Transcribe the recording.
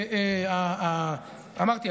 ואמרתי,